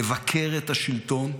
לבקר את השלטון,